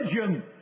religion